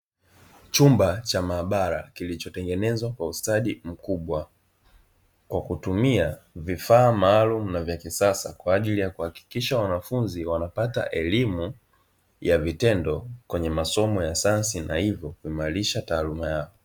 Chumba cha maabara kilichotengenezwa kwa ustadi mkubwa, kwa kutumia vifaa maalumu na vya kisasa kwa ajili ya kuhakikisha wanafunzi wanapata elimu ya vitendo kwenye masomo ya sayansi na hivyo kuimarisha taaluma yao.